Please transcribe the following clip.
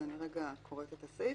אז אני אקרא את הסעיף.